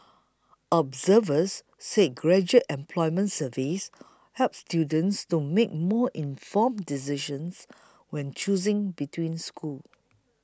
observers said graduate employment surveys help students to make more informed decisions when choosing between schools